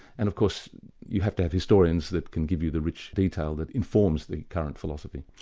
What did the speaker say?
and of course you have to have historians that can give you the rich detail that informs the current philosophy.